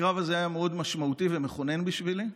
הקרב הזה היה מאוד משמעותי ומכונן בשבילי.